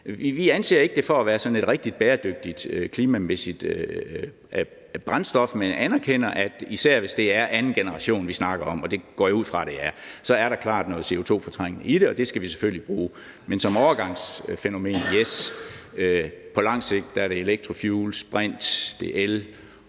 klimamæssigt ikke for at være sådan et rigtig bæredygtigt brændstof, men anerkender – især hvis det er anden generation, vi snakker om, og det går jeg ud fra at det er – at der klart er noget CO2-fortrængning i det, og det skal vi selvfølgelig bruge. Så som overgangsfænomen: Yes. Men på langt sigt er det electrofuels, brint, el,